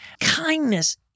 Kindness